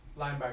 linebacker